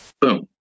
Boom